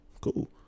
Cool